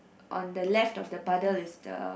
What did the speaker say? on the left of the puddle is the